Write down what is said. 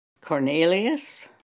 Cornelius